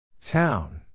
Town